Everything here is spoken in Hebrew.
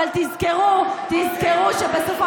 אבל תזכרו שבסופו,